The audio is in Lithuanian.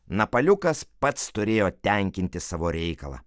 napaliukas pats turėjo tenkinti savo reikalą